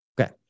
Okay